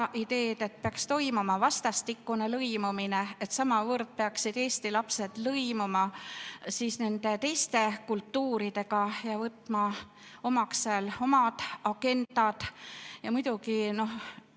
et peaks toimuma vastastikune lõimumine, et samavõrd peaksid Eesti lapsed lõimuma nende teiste kultuuridega ja võtma omaks need agendad. Muidugi